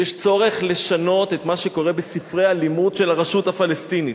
שיש צורך לשנות את מה שקורה בספרי הלימוד של הרשות הפלסטינית.